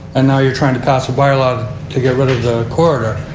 ah now you're trying to pass a by-law to get rid of the corridor.